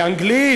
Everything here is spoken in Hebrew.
באנגלית,